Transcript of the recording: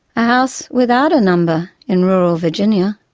a house without a number in rural virginia,